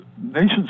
nations